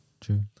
true